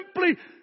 simply